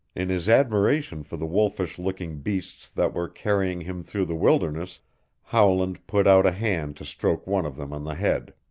in his admiration for the wolfish looking beasts that were carrying him through the wilderness howland put out a hand to stroke one of them on the head.